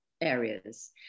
areas